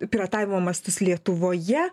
piratavimo mastus lietuvoje